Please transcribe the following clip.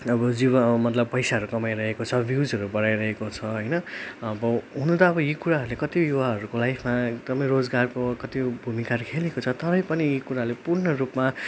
अब जिवा ओ मतलब पैसाहरू कमाइ रहेको छ भिउजहरू बढाइ रहेको छ होइन अब हुन त यी कुराहरूले कति युवाहरूको लाइफमा एकदमै रोजगारको कति भूमिकाहरू खेलेको छ तरै पनि यी कुराले पूर्ण रूपमा